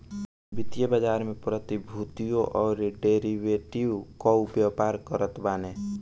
वित्तीय बाजार में प्रतिभूतियों अउरी डेरिवेटिव कअ व्यापार करत बाने